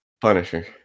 Punisher